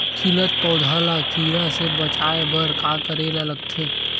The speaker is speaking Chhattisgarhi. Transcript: खिलत पौधा ल कीरा से बचाय बर का करेला लगथे?